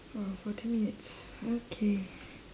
oh forty minutes okay